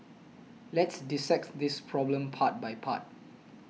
let's dissect this problem part by part